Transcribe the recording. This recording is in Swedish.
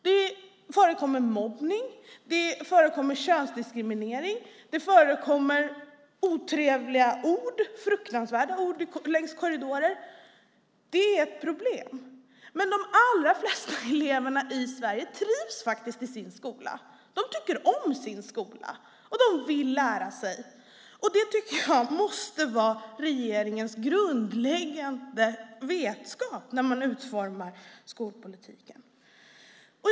Det förekommer mobbning, det förekommer könsdiskriminering, det förekommer otrevliga ord, fruktansvärda ord, i korridorer. Det är ett problem. Men de allra flesta elever i Sverige trivs faktiskt i sin skola. De tycker om sin skola, och de vill lära sig. Det tycker jag måste vara regeringens grundläggande vetskap när man utformar skolpolitiken.